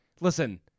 Listen